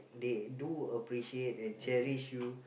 they do appreciate and cherish you